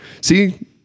See